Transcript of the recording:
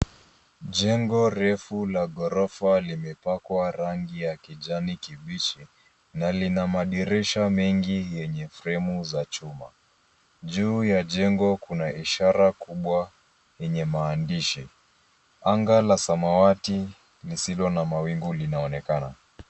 Jengo refu la ghorofa limepakwa rangi ya kijani kibichi na lina madirisha mengi yenye fremu za chuma. Juu ya jengo kuna ishara kubwa yenye maandishi. Anga la samawati lisilo na mawingu linaonekana.